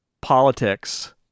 politics